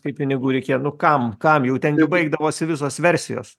kai pinigų reikėjo kam nu kam jau ten baigdavosi visos versijos